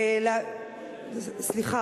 אוקיי,